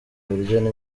biryo